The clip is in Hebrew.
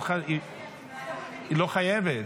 היא לא חייבת,